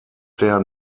der